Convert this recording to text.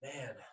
Man